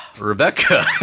Rebecca